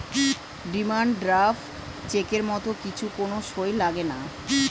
demand draft চেকের মত কিছু কোন সই লাগেনা